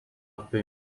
pe